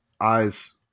eyes